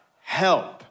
Help